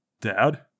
Dad